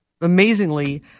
amazingly